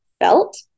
felt